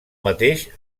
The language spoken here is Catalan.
mateix